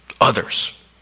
Others